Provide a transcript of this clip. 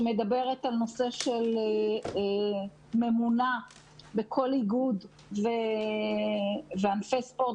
שמדבר על נושא של ממונה בכל איגוד וענפי ספורט